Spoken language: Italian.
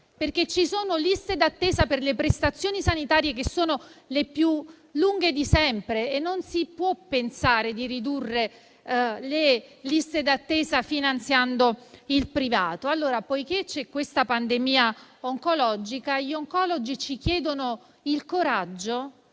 perché ci sono liste d'attesa per le prestazioni sanitarie che sono le più lunghe di sempre e non si può pensare di ridurre le liste d'attesa finanziando il privato. Poiché c'è questa pandemia oncologica, gli oncologi ci chiedono il coraggio